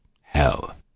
hell